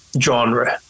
genre